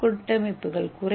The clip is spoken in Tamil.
நானோ கட்டமைப்புகள்